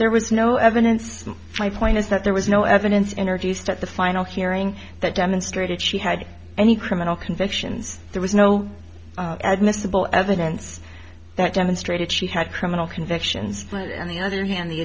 there was no evidence my point is that there was no evidence interview start the final hearing that demonstrated she had any criminal convictions there was no miscible evidence that demonstrated she had criminal convictions on the other hand the